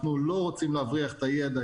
אנחנו לא רוצים להבריח את הידע,